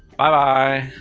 bye bye.